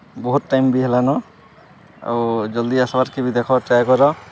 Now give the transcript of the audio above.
ବହୁତ୍ ଟାଇମ୍ ବି ହେଲାନ ଆଉ ଜଲ୍ଦି ଆସ୍ବାର୍କେ ବିି ଦେଖ ଟ୍ରାଏ କର